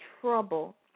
trouble